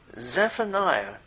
Zephaniah